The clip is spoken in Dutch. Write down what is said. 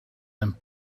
een